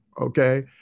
Okay